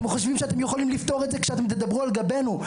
אתם חושבים שאתם יכולים לפתור את זה כשאתם מדברים על גבנו.